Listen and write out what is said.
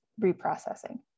reprocessing